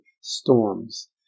storms